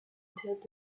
théâtre